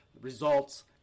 results